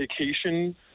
vacation